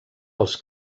els